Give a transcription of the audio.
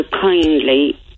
kindly